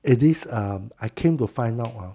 it is um I came to find out !huh!